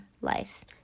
life